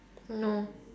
no